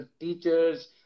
teachers